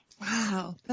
Wow